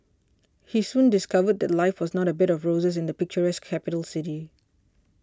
he soon discovered that life was not a bed of roses in the picturesque capital city